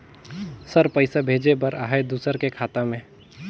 Sir पइसा भेजे बर आहाय दुसर के खाता मे?